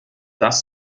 dass